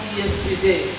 yesterday